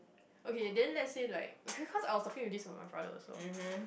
okay then let's say like 'kay 'cause I was talking to my this brother also